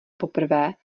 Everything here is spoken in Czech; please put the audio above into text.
poprvé